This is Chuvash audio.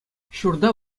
ҫурта